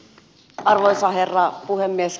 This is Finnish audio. arvoisa herra puhemies